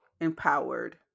empowered